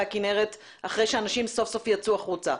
הכנרת אחרי שאנשים סוף סוף יצאו החוצה.